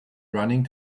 running